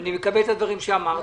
אני מקבל את הדברים שאמרת.